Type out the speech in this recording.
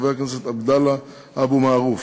חבר הכנסת עבדאללה אבו מערוף,